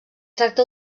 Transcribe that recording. tracta